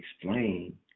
explain